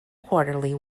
quarterly